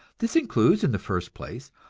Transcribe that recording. this includes, in the first place,